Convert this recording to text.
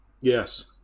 Yes